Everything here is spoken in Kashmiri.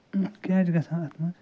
کیٛاہ چھِ گَژھان اتھ منٛز